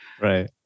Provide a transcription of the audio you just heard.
Right